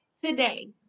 Today